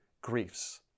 griefs